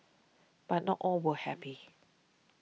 but not all were happy